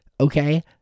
Okay